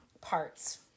parts